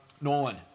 Nolan